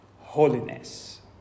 holiness